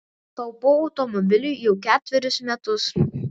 taupau automobiliui jau ketverius metus